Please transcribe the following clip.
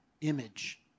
image